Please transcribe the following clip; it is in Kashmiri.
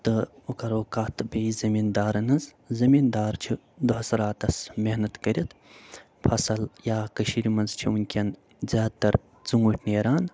تہٕ وَکَرو کتھ بیٚیہِ زٔمیٖدارن ہٕنٛز زٔمیٖن دار چھِ دۄہس راتس محنت کٔرِتھ فصٕل یا کٔشیٖرِ منٛز چھِ وٕنکٮ۪ن زیادٕ تر ژوٗنٛٹھۍ نیران